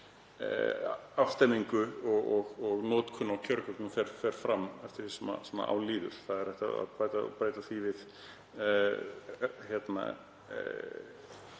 afstemming á notkun á kjörgögnum fer fram eftir því sem á líður. Það er hægt að bæta því við á